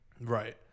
Right